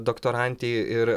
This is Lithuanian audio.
doktorantei ir